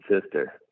Sister